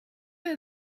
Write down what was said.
her